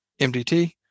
mdt